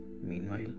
Meanwhile